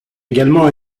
également